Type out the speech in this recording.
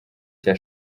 cya